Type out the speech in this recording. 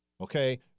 okay